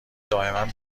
دائما